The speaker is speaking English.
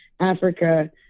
Africa